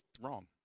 wrong